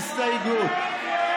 ההסתייגות (8)